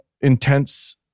intense